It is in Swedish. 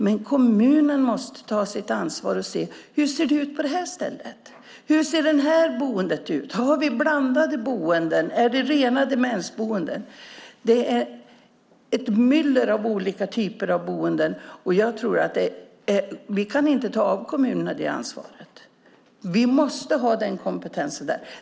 Men kommunen måste ta sitt ansvar och se hur det ser ut på varje ställe. Hur ser det här boendet ut? Har vi blandade boenden, eller är det rena demensboenden? Det finns ett myller av olika typer av boenden, och jag tror att vi inte kan ta av kommunerna det ansvaret. Vi måste ha den kompetensen där.